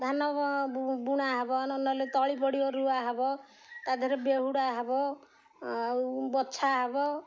ଧାନ ବୁଣା ହବ ନ ନେଲେ ତଳିପଡ଼ିବ ରୁଆ ହବ ତା ଦେହରେ ବେହୁଡ଼ା ହବ ଆଉ ବଛା ହବ